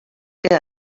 que